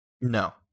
No